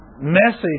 message